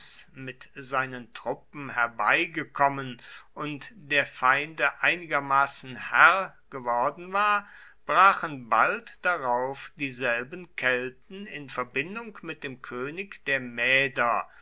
mit seinen truppen herbeigekommen und der feinde einigermaßen herr geworden war brachen bald darauf dieselben kelten in verbindung mit dem könig der mäder